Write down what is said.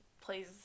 plays